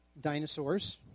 dinosaurs